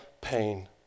pain